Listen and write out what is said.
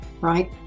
right